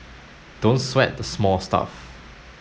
don't sweat the small stuff